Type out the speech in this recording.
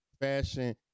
fashion